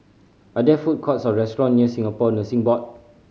are there food courts or restaurant near Singapore Nursing Board